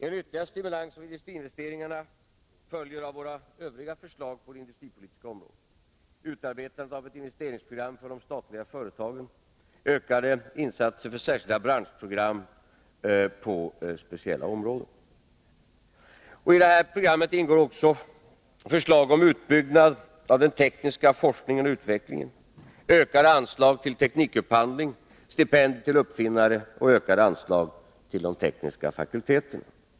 En ytterligare stimulans av industriinvesteringarna följer av våra övriga förslag på det industripolitiska området: utarbetande av ett investeringsprogram för de statliga företagen, ökade insatser för de särskilda branschprogrammen på speciella områden. I vårt investeringsprogram ingår också förslag om utbyggnad av lokaler för teknisk forskning och utveckling, ökade anslag till teknikupphandling, stipendier till uppfinnare och ökade anslag till de tekniska fakulteterna.